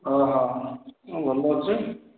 ମୁଁ ଭଲ ଅଛି